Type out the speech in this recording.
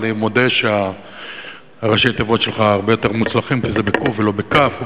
אבל אני מודה שראשי התיבות שלך הרבה יותר מוצלחים כי זה בקו"ף ולא בכ"ף.